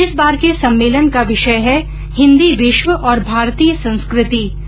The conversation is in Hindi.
इस बार के सम्मेलन का विषय है हिन्दी विश्व और भारतीय संस्कृति